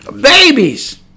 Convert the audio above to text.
babies